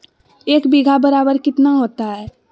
एक बीघा बराबर कितना होता है?